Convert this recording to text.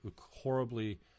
horribly